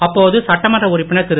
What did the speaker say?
அப்போது சட்டமன்ற உறுப்பினர் திரு